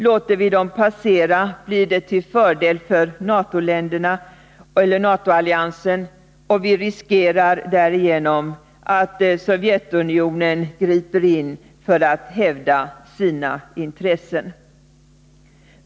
Om vi låter dem passera blir det till fördel för NATO-alliansen, och vi riskerar därigenom att Sovjet griper in för att hävda sina intressen.